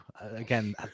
again